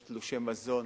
יש תלושי מזון,